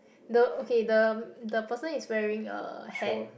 the okay the the person is wearing a hat